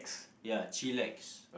ya chillax